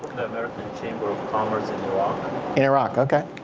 american chamber of commerce in iraq. in iraq, okay.